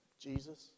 Jesus